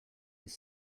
his